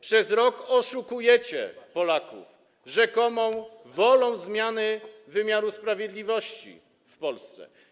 Przez rok oszukujecie Polaków rzekomą wolą zmiany wymiaru sprawiedliwości w Polsce.